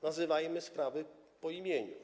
Nazywajmy sprawy po imieniu.